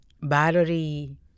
battery